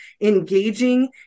engaging